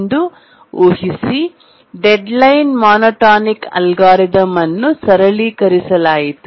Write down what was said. ಎಂದು ಊಹಿಸಿ deadline monotonic algorithm ಅನ್ನು ಸರಳೀಕರಿಸಲಾಯಿತು